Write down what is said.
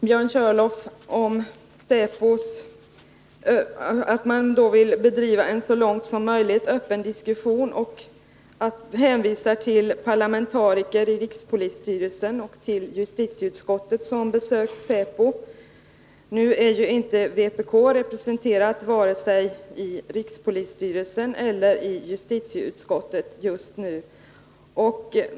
Björn Körlof nämnde att man vill bedriva en så långt möjligt öppen diskussion och hänvisade till parlamentariker i rikspolisstyrelsen och till justitieutskottet, som besökt säpo. Vpk är inte representerat vare sig i rikspolisstyrelsen eller i justitieutskottet.